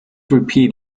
repeat